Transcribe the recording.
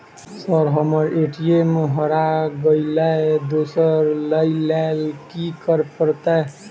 Sir हम्मर ATM हरा गइलए दोसर लईलैल की करऽ परतै?